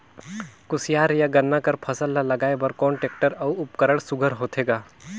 कोशियार या गन्ना कर फसल ल लगाय बर कोन टेक्टर अउ उपकरण सुघ्घर होथे ग?